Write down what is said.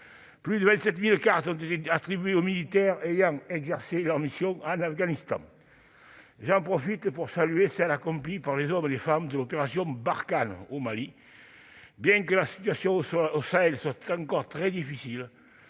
Plus de 27 000 cartes ont été attribuées aux militaires ayant exercé leurs missions en Afghanistan. J'en profite pour saluer celles accomplies par les hommes et les femmes de l'opération Barkhane au Mali. Bien que la situation au Sahel soit encore très difficile,